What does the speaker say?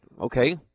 okay